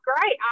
great